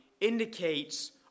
indicates